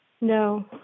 No